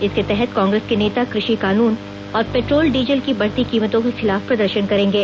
इसके तहत कांग्रेस के नेता कृषि कानून और पेट्रोल डीजल की बढ़ती कीमतों के खिलाफ प्रदर्शन करेंगे